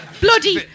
Bloody